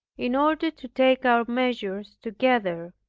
in order to take our measures together.